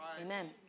amen